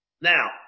Now